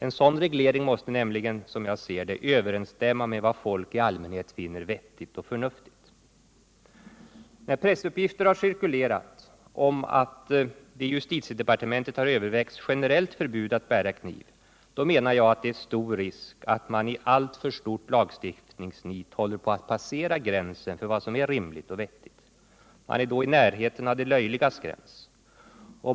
En sådan reglering måste nämligen överensstämma med vad folk i allmänhet finner vettigt och förnuftigt. När pressuppgifter har cirkulerat om att det i justitiedepartementet har övervägts generellt förbud att bära kniv, då menar jag att det är stor risk att man i alltför stort lagstiftningsnit håller på att passera gränsen för vad som är rimligt och vettigt. Man är då i närheten av det löjligas gräns.